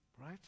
right